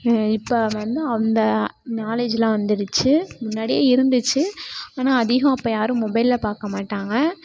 இப்போ வந்து அந்த நாலேஜெலாம் வந்துருச்சு முன்னாடியே இருந்துச்சு ஆனால் அதிகம் அப்போ யாரும் மொபைலில் பார்க்க மாட்டாங்க